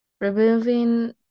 Removing